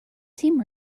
seam